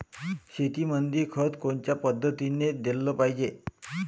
शेतीमंदी खत कोनच्या पद्धतीने देलं पाहिजे?